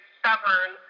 stubborn